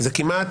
זה כמעט